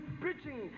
preaching